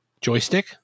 joystick